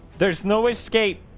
there's no escape